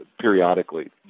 periodically